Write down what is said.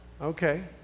Okay